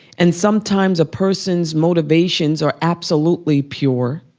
and sometimes a person's motivations are absolutely pure,